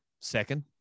Second